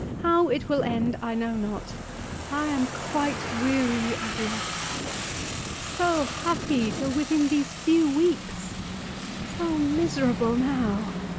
how it will end, i know not i am quite weary of life so happy, till within these few weeks so miserable now!